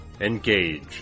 Engage